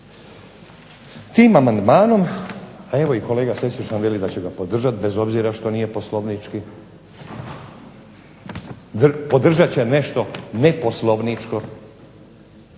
Tim amandmanom, evo i kolega SEsvečan veli da će ga podržati bez obzira što nije poslovnički, podržat će nešto neposlovničko,